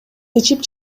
ичип